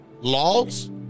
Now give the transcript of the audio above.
laws